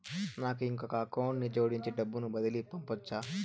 నాకు ఇంకొక అకౌంట్ ని జోడించి డబ్బును బదిలీ పంపొచ్చా?